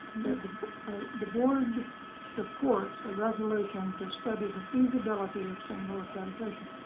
the the board supports a resolution to study the feasibility of single accreditation.